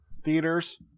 theaters